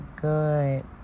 good